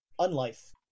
Unlife